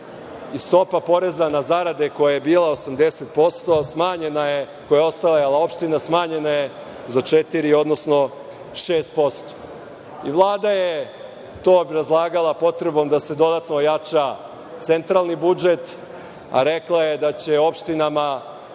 Stopa poreza na zarade koja je bila 80% smanjena je za 4, odnosno 6%. Vlada je to obrazlagala potrebom da se dodatno ojača centralni budžet, rekla je da će opštinama